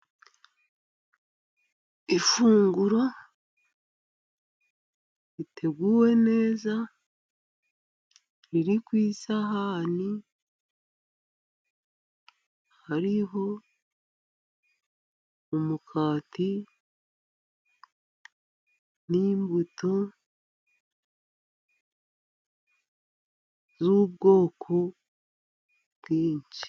Ifunguro riteguwe neza riri ku isahani, hariho umukati n'imbuto z'ubwoko bwinshi.